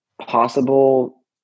possible